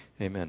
Amen